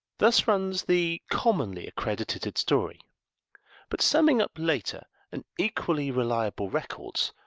thus runs the commonly accredited story but summing up later and equally reliable records,